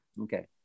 Okay